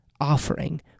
offering